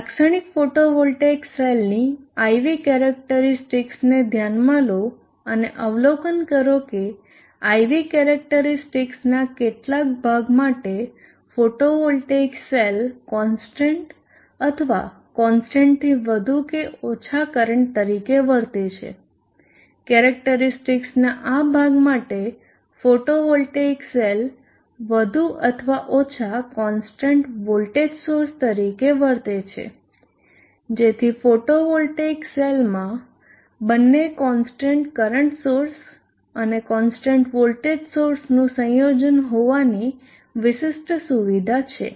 લાક્ષણિક ફોટોવોલ્ટેઇક સેલની I V કેરેક્ટરીસ્ટિક્સને ધ્યાનમાં લો અને અવલોકન કરો કે I V કેરેક્ટરીસ્ટિક્સના કેટલાક ભાગ માટે ફોટોવોલ્ટેઇક સેલ કોન્સ્ટન્ટ અથવા કોન્સ્ટન્ટથી વધુ કે ઓછા કરંટ તરીકે વર્તે છે કેરેક્ટરીસ્ટિક્સના આ ભાગ માટે ફોટોવોલ્ટેઇક સેલ વધુ અથવા ઓછા કોન્સ્ટન્ટ વોલ્ટેજ સોર્સ તરીકે વર્તે છે જેથી ફોટોવોલ્ટેઇક સેલમાં બંને કોન્સ્ટન્ટ કરંટ સોર્સ અને કોન્સ્ટન્ટ વોલ્ટેજ સોર્સનું સંયોજન હોવાની વિશિષ્ટ સુવિધા છે